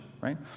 right